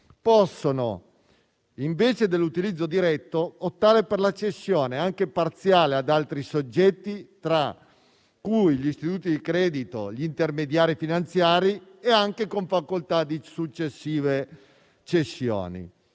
possano rinunciare all'utilizzo diretto e optare per la cessione anche parziale ad altri soggetti, tra cui istituti di credito e intermediari finanziari, anche con facoltà di successive cessioni.